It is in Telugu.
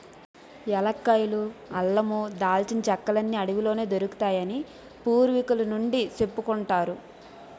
ఏలక్కాయలు, అల్లమూ, దాల్చిన చెక్కలన్నీ అడవిలోనే దొరుకుతాయని పూర్వికుల నుండీ సెప్పుకుంటారు